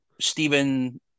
Stephen